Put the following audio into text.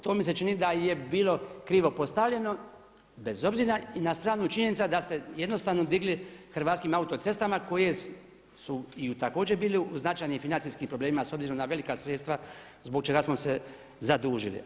To mi se čini da je bilo krivo postavljeno bez obzira i na stranu činjenica da ste jednostavno digli Hrvatskim autocestama koje su također bile u značajnim financijskim problemima s obzirom na velika sredstva zbog čega smo se zadužili.